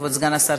כבוד סגן השר,